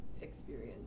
experience